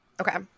Okay